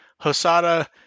Hosada